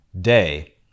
day